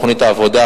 בתוכנית העבודה,